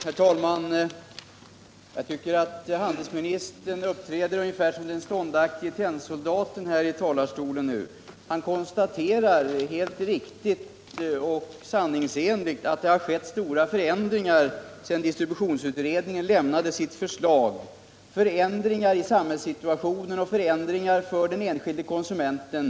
Herr talman! Jag tycker att handelsministern uppträder i talarstolen ungefär som den ståndaktige tennsoldaten. Han konstaterar, helt riktigt och sanningsenligt, att det har skett stora förändringar sedan distributionsutredningen avlämnade sitt förslag, förändringar i samhällssituationen och för den enskilde konsumenten.